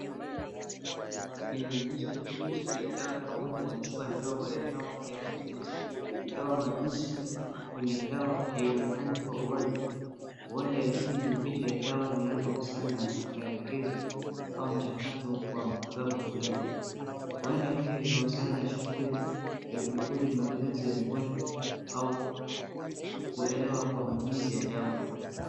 Hiii inaonyesha virusi vya dawa pamoja na chupa ndogondogo ya majimaji ya dawa ingawa maandishi kwenye dawa haionekani kwa uwazi, huenda hii ni picha ya dawa zinazohusiana na maelekezo au mchakato wa matibabu flani huenda pia inalingana na shughuli ya kurekodi maelezo ya mgonjwa au kuelewa kwa matumizi ya dawa.